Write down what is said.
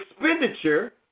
expenditure